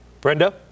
Brenda